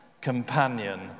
companion